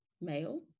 male